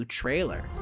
trailer